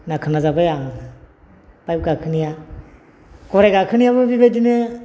होनना खोनाबाय आं बाइक गाखोनाया गराइ गाखोनायाबो बेबायदिनो